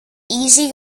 easy